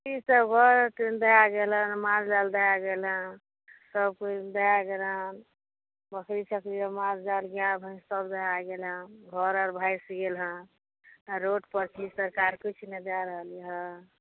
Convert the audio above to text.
चीज सभ बहि गेलै माल जाल बहि गेलै सभ दहा गेल बकरी तकरी माल जाल सभ दहा गेलै घर आर भसि गेल हॅं रोड पर छी सरकार किछु नहि दय रहल यऽ